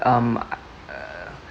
um I uh